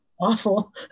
awful